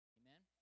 amen